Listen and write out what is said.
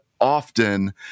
often